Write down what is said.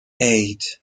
eight